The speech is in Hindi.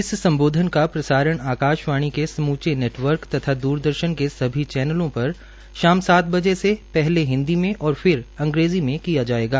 इस सम्बोधन का प्रसारण आकाशवाणी के समूचे नेटर्वक तथा द्रदर्शन के सभी चैनलों पर शाम सात बजे से पहले हिन्दी में और फिर अंग्रेजी में किया जायेगा